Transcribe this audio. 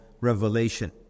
revelation